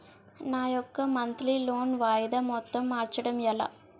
నా యెక్క monthly loan వాయిదా మొత్తం మార్చడం ఎలా?